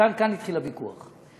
כאן התחיל הוויכוח.